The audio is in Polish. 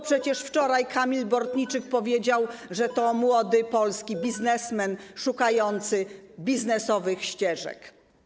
Przecież wczoraj Kamil Bortniczuk powiedział, że to młody polski biznesmen szukający biznesowych ścieżek.